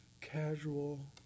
casual